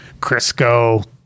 Crisco